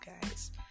guys